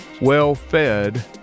well-fed